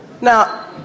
Now